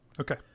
Okay